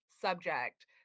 subject